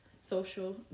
social